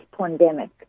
pandemic